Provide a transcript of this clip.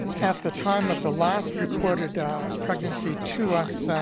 at the time of the last reported pregnancy to us